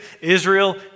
Israel